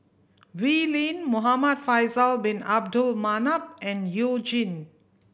Wee Lin Muhamad Faisal Bin Abdul Manap and You Jin